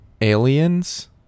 aliens